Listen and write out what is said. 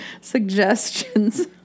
suggestions